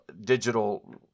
digital